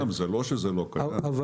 צריך להיות